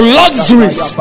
luxuries